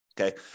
Okay